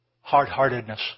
Hard-heartedness